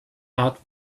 art